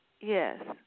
Yes